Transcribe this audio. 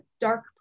dark